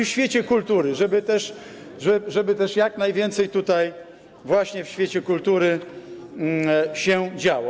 i w świecie kultury, żeby też jak najwięcej tutaj właśnie w świecie kultury się działo.